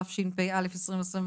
התשפ"א-2021,